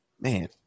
Man